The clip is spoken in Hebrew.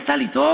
יצא לי טוב?